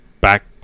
back